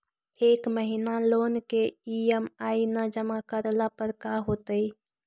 एक महिना लोन के ई.एम.आई न जमा करला पर का होतइ?